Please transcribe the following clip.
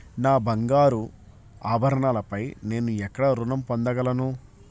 నా బంగారు ఆభరణాలపై నేను ఎక్కడ రుణం పొందగలను?